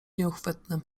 nieuchwytnym